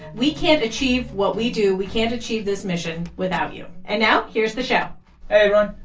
we can't achieve what we do, we can't achieve this mission without you. and now, here's the show hey, everyone.